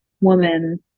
woman